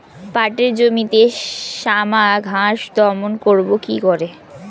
পাটের জমিতে শ্যামা ঘাস দমন করবো কি করে?